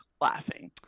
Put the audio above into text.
laughing